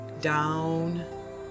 down